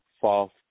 false